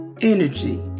energy